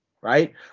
right